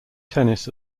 tennis